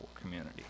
community